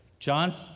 John